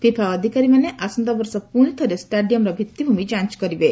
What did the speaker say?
FIFA ଅଧିକାରୀମାନେ ଆସନ୍ତାବର୍ଷ ପୁଣିଥରେ ଷ୍ଟାଡିୟମ୍ର ଭିଭିଭ୍ମି ଯାଞ୍ଚ କରିବେ